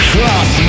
Cross